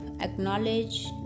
Acknowledge